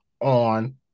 on